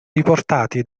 riportati